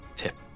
Tip